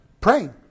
praying